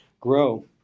grow